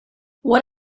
what